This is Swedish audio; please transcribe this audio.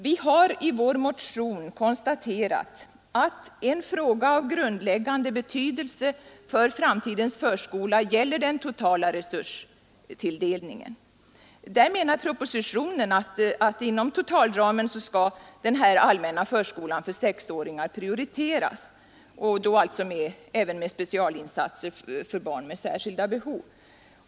Vi har i vår motion konstaterat att en fråga av grundläggande betydelse för framtidens förskola är den totala resurstilldelningen. Enligt propositionen skall inom totalramen den allmänna förskolan för sexåringar prioriteras, och då även med specialinsatser för barn med särskilda behov.